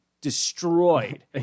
destroyed